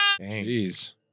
Jeez